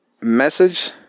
message